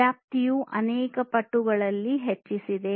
ವ್ಯಾಪ್ತಿಯು ಅನೇಕ ಪಟ್ಟುಗಳಲ್ಲಿ ಹೆಚ್ಚಿಸಿದೆ